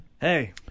Hey